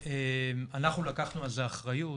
ואנחנו לקחנו על זה אחריות